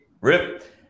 RIP